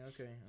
okay